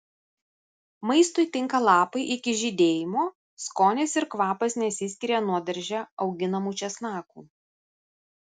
maistui tinka lapai iki žydėjimo skonis ir kvapas nesiskiria nuo darže auginamų česnakų